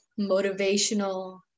motivational